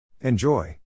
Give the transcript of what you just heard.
Enjoy